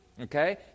okay